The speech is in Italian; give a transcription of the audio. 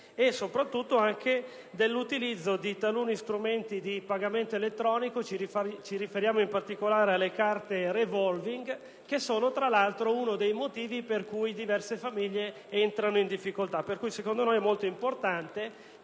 e soprattutto dell'utilizzo di taluni strumenti di pagamento elettronico: ci riferiamo in particolare alle carte *revolving*, che sono uno dei motivi per cui diverse famiglie entrano in difficoltà. Pertanto, a nostro avviso è molto importante